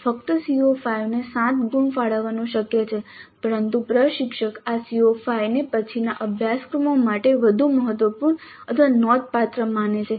ફક્ત CO5 ને 7 ગુણ ફાળવવાનું શક્ય છે પરંતુ પ્રશિક્ષક આ CO5 ને પછીના અભ્યાસક્રમો માટે વધુ મહત્વપૂર્ણ અથવા નોંધપાત્ર માને છે